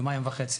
יומיים וחצי,